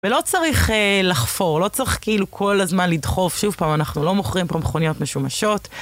ולא צריך לחפור, לא צריך כאילו כל הזמן לדחוף שוב פעם, אנחנו לא מוכרים פה מכוניות משומשות,